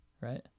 right